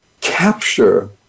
capture